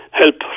help